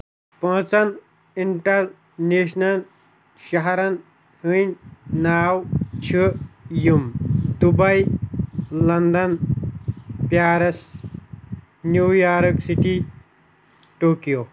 پانٛژن انٹرنیشنل شہرَن ہٕنٛدۍ ناو چھِ یِم Dubai London Paris New York city Tokyo